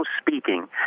speaking